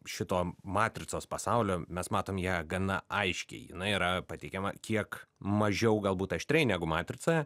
šito matricos pasaulio mes matom ją gana aiškiai jinai yra pateikiama kiek mažiau galbūt aštriai negu matricoje